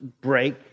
break